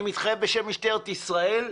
אני מתחייב בשם משטרת ישראל,